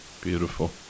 Beautiful